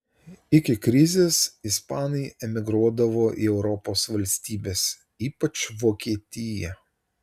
iki krizės ispanai emigruodavo į europos valstybes ypač vokietiją